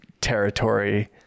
territory